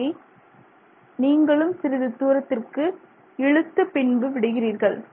எடையை நீங்களும் சிறிது தூரத்திற்கு இழுத்து பின்பு விடுகிறீர்கள்